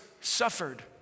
suffered